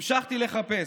המשכתי לחפש,